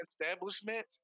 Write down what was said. establishment